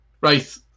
Right